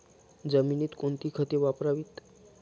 जमिनीत कोणती खते वापरावीत?